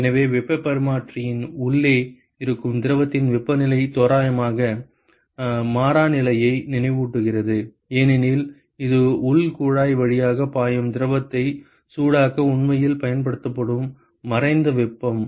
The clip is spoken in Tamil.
எனவே வெப்பப் பரிமாற்றியின் உள்ளே இருக்கும் திரவத்தின் வெப்பநிலை தோராயமாக மாறாநிலையை நினைவூட்டுகிறது ஏனெனில் இது உள் குழாய் வழியாக பாயும் திரவத்தை சூடாக்க உண்மையில் பயன்படுத்தப்படும் மறைந்த வெப்பம்